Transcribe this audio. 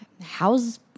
how's